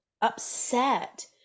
upset